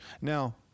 Now